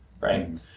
right